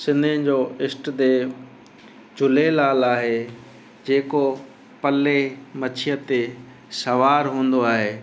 सिंधियुनि जो ईष्ट देव झूलेलाल आहे जेको पलउ मछीअ ते सवार हूंदो आए